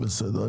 בסדר.